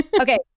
Okay